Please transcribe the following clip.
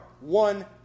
one